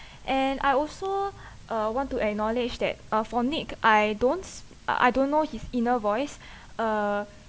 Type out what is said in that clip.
and I also uh want to acknowledge that uh for nick I don't uh I don't know his inner voice uh